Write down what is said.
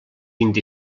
vint